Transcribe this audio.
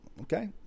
okay